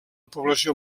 població